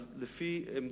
אז לפי עמדת,